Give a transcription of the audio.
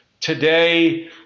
today